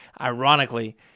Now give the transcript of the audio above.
ironically